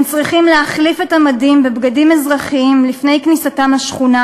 הם צריכים להחליף את המדים בבגדים אזרחיים לפני כניסתם לשכונה,